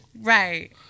Right